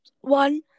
one